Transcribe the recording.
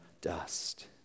dust